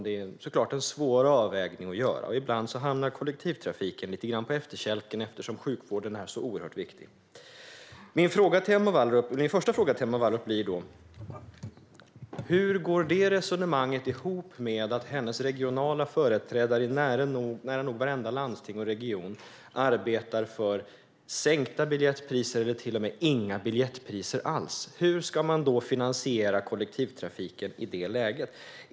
Det är såklart en svår avvägning att göra, och ibland hamnar kollektivtrafiken lite grann på efterkälken eftersom sjukvården är så oerhört viktig. Hur går detta resonemang ihop med att hennes regionala företrädare i nära nog vartenda landsting och varenda region arbetar för sänkta biljettpriser eller till och med inga biljettpriser alls? Hur ska man då finansiera kollektivtrafiken i detta läge?